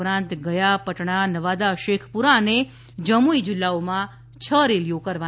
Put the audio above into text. ઉપરાંત ગયા પટણા નવાદા શૈખપુરા અને જમુઈ જિલ્લાઓમાં છ રેલીઓ કરવાના છે